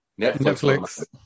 Netflix